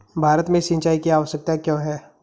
भारत में सिंचाई की आवश्यकता क्यों है?